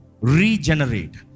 regenerate